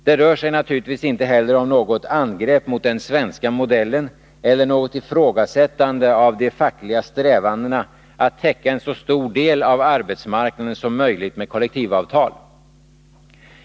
Det rör sig naturligtvis inte heller om något angrepp mot den svenska modellen eller något ifrågasättande av de fackliga strävandena att täcka en så stor del av arbetsmarknaden som möjligt med kollektivavtal.